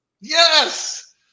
yes